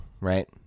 right